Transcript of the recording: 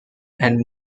and